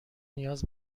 نیاز